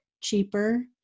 cheaper